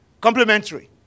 complementary